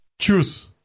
choose